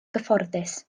gyfforddus